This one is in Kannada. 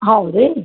ಹೌದು ರೀ